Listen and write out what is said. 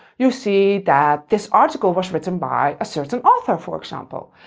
you see that this article was written by a certain author, for example.